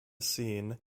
scene